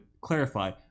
clarify